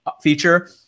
feature